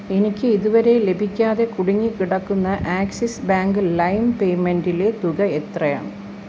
എനിക്ക് ഇതുവരെ ലഭിക്കാതെ കുടുങ്ങിക്കിടക്കുന്ന ആക്സിസ് ബാങ്ക് ലൈം പേയ്മെൻറ്റിലെ തുക എത്രയാണ്